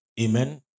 Amen